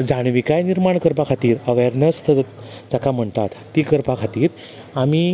जाणविकाय निर्माण करपा खातीर अवर्नस जाका म्हणटात ती करपा खातीर आमी